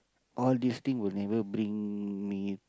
all these thing will never bring me